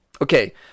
okay